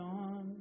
on